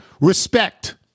Respect